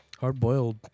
hard-boiled